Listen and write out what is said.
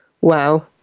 Wow